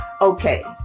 okay